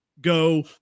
Go